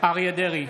אריה מכלוף דרעי,